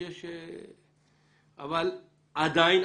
עדיין,